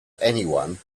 anyone